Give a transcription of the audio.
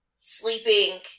sleeping